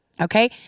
Okay